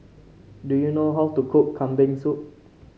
do you know how to cook Kambing Soup